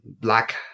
black